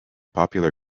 popular